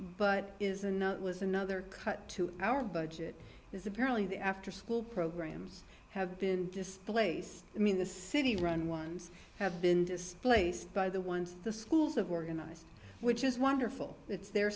but isn't was another cut to our budget is apparently the afterschool programs have been displaced i mean the city run ones have been displaced by the ones the schools have organized which is wonderful it's their